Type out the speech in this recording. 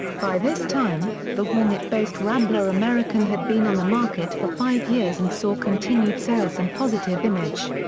by this time, the hornet-based rambler american had been on the market for five years and saw continued sales and positive image.